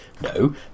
No